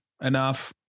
enough